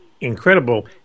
incredible